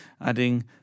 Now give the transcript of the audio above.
adding